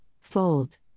fold